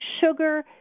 Sugar